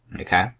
Okay